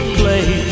play